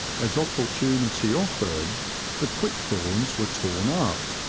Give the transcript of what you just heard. as opportunity oflfered the quick-thorns were torn up,